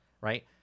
Right